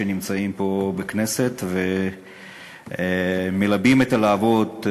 שנמצאים פה בכנסת ומלבים את הלהבות,